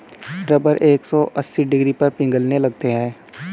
rubber एक सौ अस्सी डिग्री पर पिघलने लगता है